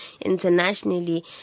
internationally